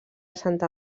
santa